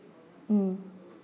mm